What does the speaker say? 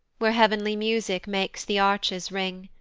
where heav'nly music makes the arches ring,